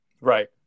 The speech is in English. Right